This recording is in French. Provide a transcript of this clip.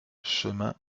chemin